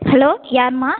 hello யாரும்மா